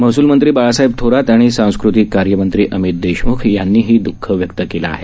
महसूल मंत्री बाळासाहेब थोरात आणि सांस्कृतिक कार्य मंत्री अमित देशम्ख यांनीही द्रःख व्यक्त केलं आहे